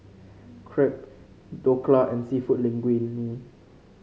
Crepe Dhokla and seafood Linguine